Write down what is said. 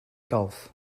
gulf